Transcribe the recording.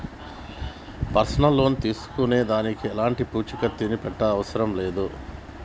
personal loan తీసుకునే దానికి ఎలాంటి పూచీకత్తుని పెట్టనవసరం లేదు